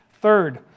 Third